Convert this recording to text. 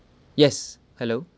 yes hello